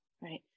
right